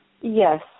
Yes